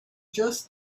just